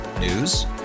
News